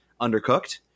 undercooked